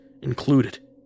included